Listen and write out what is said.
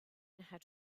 had